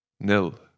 nil